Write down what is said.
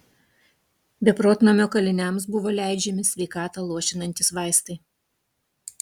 beprotnamio kaliniams buvo leidžiami sveikatą luošinantys vaistai